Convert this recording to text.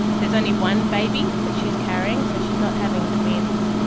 there's only one baby that she is carrying, so she is not having twins,